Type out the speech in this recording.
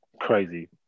crazy